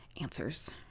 answers